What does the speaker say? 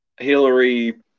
Hillary